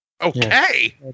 Okay